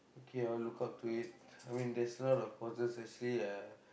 okay I'll look out to it I mean there's a lot of courses actually uh